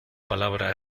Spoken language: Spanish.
palabra